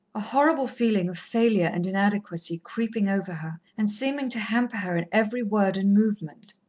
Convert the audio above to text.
a horrible feeling of failure and inadequacy creeping over her, and seeming to hamper her in every word and movement.